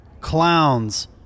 clowns